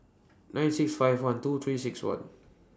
nine six five one two three six one